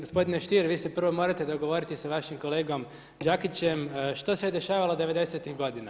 Gospodine Stier vi se prvo morate dogovoriti sa vašim kolegom Đakićem što se dešavalo 90-tih godina.